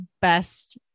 best